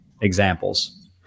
examples